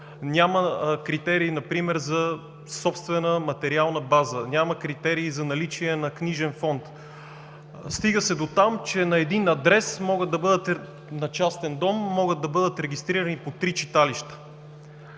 Няма критерий, например за собствена материална база, няма критерий за наличие на книжен фонд. Стига се дотам, че на един адрес – на частен дом, могат да бъдат регистрирани по три читалища.